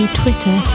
twitter